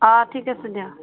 অঁ ঠিক আছে দিয়া